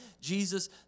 Jesus